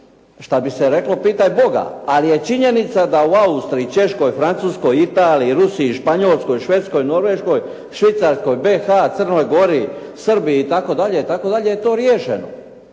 Šta bi se reklo pitaj Boga, ali je činjenica da u Austriji, Češkoj, Francuskoj, Italiji, Rusiji, Španjolskoj, Švedskoj, Norveškoj, Švicarskoj, BiH, Crnoj Gori, Srbiji itd. itd. je to riješeno.